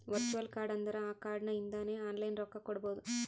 virtual card ಅಂದುರ್ ಆ card ಇಂದಾನೆ ಆನ್ಲೈನ್ ರೊಕ್ಕಾ ಕೊಡ್ಬೋದು